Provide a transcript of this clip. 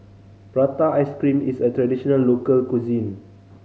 prata ice cream is a traditional local cuisine